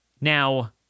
Now